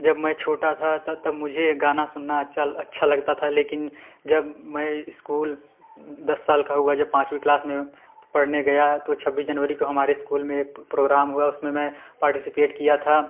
जब मैं छोटा था तब मुझे एक गाना सुनना अच्छा अच्छा लगता था लेकिन जब मैं स्कूल दस साल का हुआ जब पाँचवी क्लास में पढ़ने गया तो छब्बीस जनवरी को हमारे स्कूल में एक प्रोग्राम हुआ उसमें मैं पार्टिसिपेट किया था